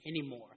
anymore